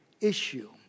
issue